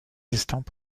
estampes